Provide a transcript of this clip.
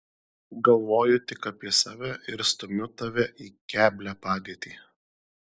galvoju tik apie save ir stumiu tave į keblią padėtį